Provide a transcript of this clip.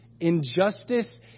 Injustice